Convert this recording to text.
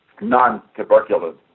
non-tuberculous